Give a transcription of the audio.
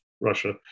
Russia